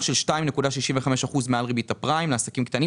של 2.65% מעל ריבית הפריים לעסקים קטנים.